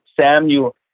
Samuel